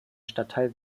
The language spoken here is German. stadtteil